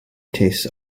tastes